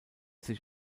sich